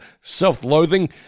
self-loathing